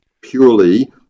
purely